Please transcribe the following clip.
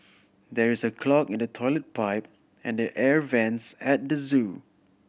there is a clog in the toilet pipe and the air vents at the zoo